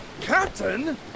Captain